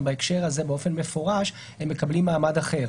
בהקשר הזה באופן מפורש הם מקבלים מעמד אחר.